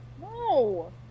No